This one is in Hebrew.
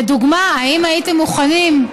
לדוגמה, האם הייתם מוכנים,